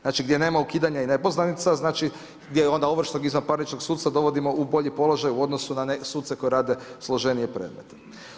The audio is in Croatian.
Znači, gdje nema ukidanja i nepoznanica, znači, gdje onda ovršnog izvanparničnog suca dovodimo u bolji položaj u odnosu na suce koji rade složenije predmete.